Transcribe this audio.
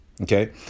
Okay